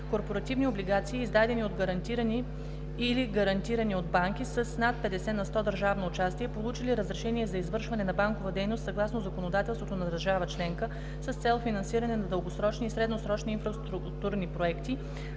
корпоративни облигации, издадени или гарантирани от банки с над 50 на сто държавно участие, получили разрешение за извършване на банкова дейност съгласно законодателството на държава членка, с цел финансиране на дългосрочни и средносрочни инфраструктурни проекти,